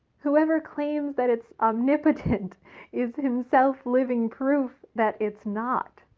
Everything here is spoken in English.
whoever claims that it's omnipotent is himself living proof that it's not.